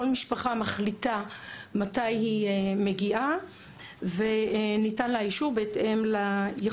כל משפחה מחליטה מתי היא מגיעה וניתן לה אישור בהתאם ליכולת.